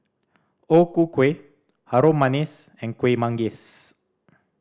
O Ku Kueh Harum Manis and Kuih Manggis